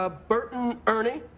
ah burton ernie